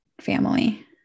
family